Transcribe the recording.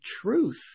truth